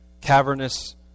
cavernous